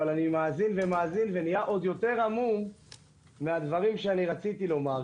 אבל אני מאזין ומאזין ונהיה עוד יותר המום מהדברים שרציתי לומר.